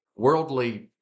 Worldly